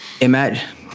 Imagine